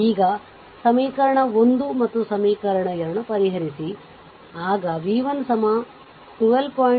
ಈಗ ಸಮೀಕರಣ 1 ಮತ್ತು ಸಮೀಕರಣ 2 ಪರಿಹರಿಸಿ ಆಗ v 1 12